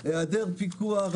היעדר פיקוח,